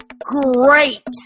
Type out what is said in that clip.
great